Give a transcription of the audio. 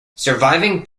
surviving